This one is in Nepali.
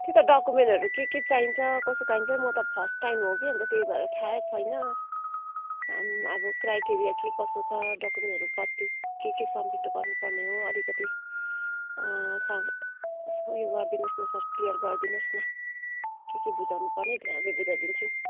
त्यही त डकुमेन्टहरू के के चाहिन्छ कस्तो चाहिन्छ म त फर्स्ट टाइम हो कि अन्त त्यही भएर थाहै छैन हामी अब क्राइटेरिया के कसो छ डकुमेन्टहरू कति के के सबमिट गर्नुपर्ने हो अलिकति सम् उयो गरिदिनु होस् न सर क्लियर गरिदिनु होस् न के के बुझाउनुपर्ने त्यो आजै बुझाइदिन्छु